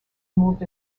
moved